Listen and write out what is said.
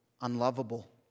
Unlovable